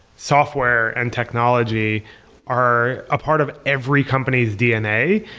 software and technology are a part of every company's dna.